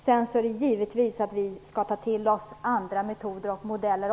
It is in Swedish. Vi skall sedan givetvis också ta till oss andra metoder och modeller.